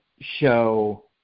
show